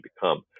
become